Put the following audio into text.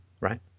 right